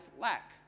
lack